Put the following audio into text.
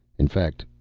in fact,